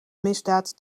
misdaad